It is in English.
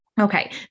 Okay